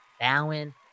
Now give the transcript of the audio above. Bowen